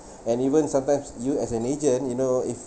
and even sometimes you as an agent you know if